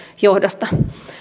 johdosta